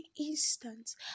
instant